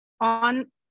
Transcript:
on